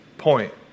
point